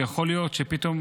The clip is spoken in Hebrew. שיכול להיות שפתאום